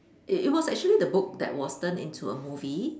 it it was actually the book that was turned into a movie